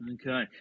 Okay